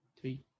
Three